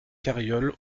carriole